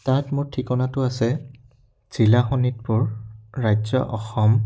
তাত মোৰ ঠিকনাটো আছে জিলা শোণিতপুৰ ৰাজ্য অসম